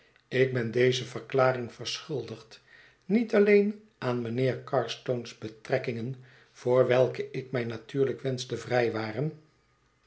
ik ben deze verklaring verschuldigd niet alleen aan mijnheer carstone's betrekkingen voor welke ik mij natuurlijk wensch te vrijwaren